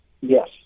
Yes